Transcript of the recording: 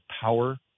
power